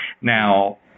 Now